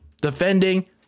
defending